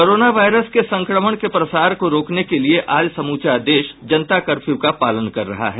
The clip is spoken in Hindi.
कोरोना वायरस के संक्रमण के प्रसार को रोकने के लिये आज समूचा देश जनता कर्फ्यू का पालन कर रहा है